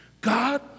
God